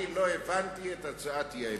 אני לא הבנתי את הצעת האי-אמון,